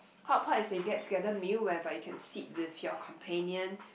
hotpot is a get together meal whereby you can sit with your companion